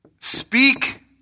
speak